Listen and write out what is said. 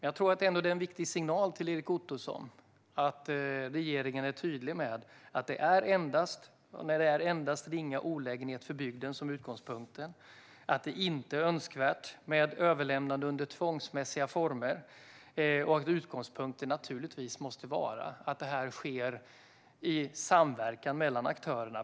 Jag tror ändå att det är en viktig signal till Erik Ottoson att regeringen är tydlig med att det bara gäller i fall med endast ringa olägenhet för bygden som utgångspunkt, att det inte är önskvärt med överlämnande under tvångsmässiga former och att utgångspunkten naturligtvis måste vara att detta sker i samverkan mellan aktörerna.